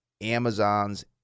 Amazon's